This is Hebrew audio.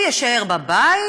הוא יישאר בבית,